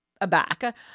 aback